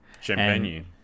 Champagne